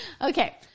Okay